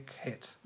hit